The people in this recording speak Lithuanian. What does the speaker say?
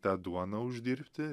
tą duoną uždirbti